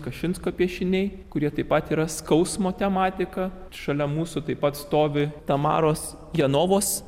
kašinsko piešiniai kurie taip pat yra skausmo tematika šalia mūsų taip pat stovi tamaros janovos